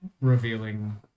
revealing